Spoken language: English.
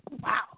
Wow